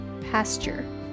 pasture